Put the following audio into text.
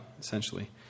essentially